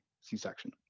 c-section